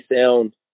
sound